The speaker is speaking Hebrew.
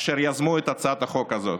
אשר יזמו את הצעת החוק הזאת.